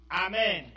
Amen